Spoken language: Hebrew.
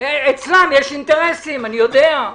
אצלם יש אינטרסים, אני יודע.